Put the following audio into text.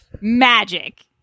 Magic